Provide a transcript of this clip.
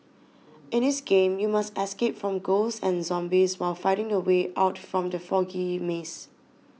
in this game you must escape from ghosts and zombies while finding the way out from the foggy maze